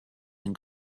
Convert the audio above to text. and